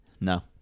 No